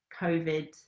COVID